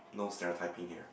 no stereotyping here